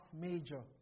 major